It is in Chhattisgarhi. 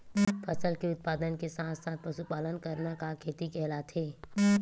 फसल के उत्पादन के साथ साथ पशुपालन करना का खेती कहलाथे?